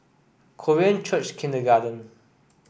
Korean Church Kindergarten